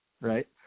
right